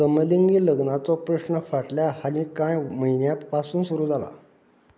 समलिंगी लग्नाचो प्रश्ण फाटल्या हालीं कांय म्हयन्या पासून सुरू जाला